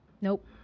Nope